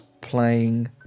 playing